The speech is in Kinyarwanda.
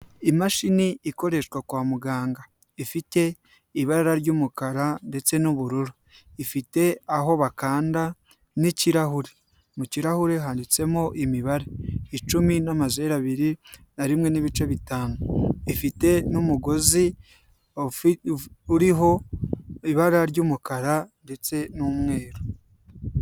Imashini ikoreshwa kwa muganga, ifite ibara ry'umukara ndetse n'ubururu, ifite aho bakanda n'ikirahure, mu kirahure handitsemo imibare icumi n'amazure abiri na rimwe n'ibice bitanu, ifite n'umugozi uriho ibara ry'umukara ndetse n'umweru.